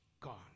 gone